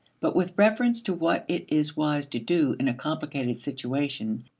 but with reference to what it is wise to do in a complicated situation,